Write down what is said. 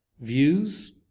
views